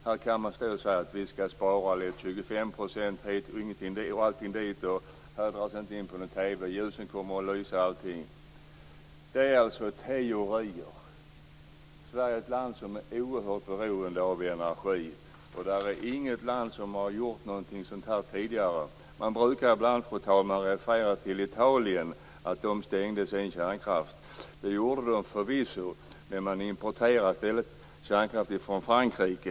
Här kan man stå och säga att vi skall spara 25 % hit eller dit, att det inte skall blinka i några TV-apparater och att det kommer att lysa i husen, men det är teorier. Sverige är ett land som är oerhört beroende av energi. Det finns inget annat land som har gjort något liknande tidigare. Man brukar ibland, fru talman, referera till att Italien stängde av sin kärnkraft. Det skedde förvisso, men Italien importerar i stället kärnkraft från Frankrike.